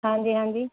ਹਾਂਜੀ ਹਾਂਜੀ